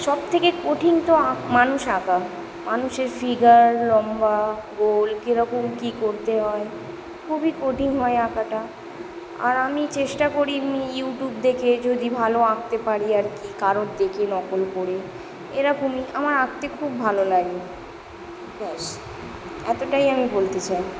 সব থেকে কঠিন তো মানুষ আঁকা মানুষের ফিগার লম্বা গোল কেরকম কী করতে হয় খুবই কঠিন হয় আঁকাটা আর আমি চেষ্টা করি এমনি ইউটিউব দেখে যদি ভালো আঁকতে পারি আর কি কারোর দেখে নকল করে এরকমই আমার আঁকতে খুব ভালো লাগে ব্যাস এতোটাই আমি বলতে চাই